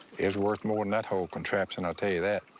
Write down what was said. it's worth more than that whole contraption. i'll tell you that.